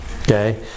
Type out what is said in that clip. Okay